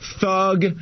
Thug